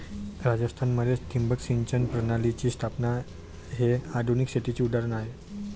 राजस्थान मध्ये ठिबक सिंचन प्रणालीची स्थापना हे आधुनिक शेतीचे उदाहरण आहे